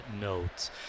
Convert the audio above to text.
notes